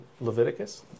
leviticus